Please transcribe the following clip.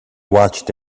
watched